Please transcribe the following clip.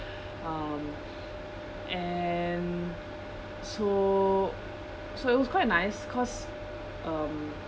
um and so so it was quite nice cause um